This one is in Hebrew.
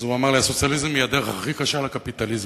הוא אמר: הסוציאליזם הוא הדרך הכי קשה לקפיטליזם,